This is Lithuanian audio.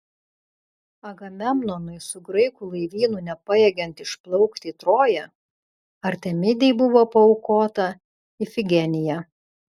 agamemnonui su graikų laivynu nepajėgiant išplaukti į troją artemidei buvo paaukota ifigenija